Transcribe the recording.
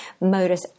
modus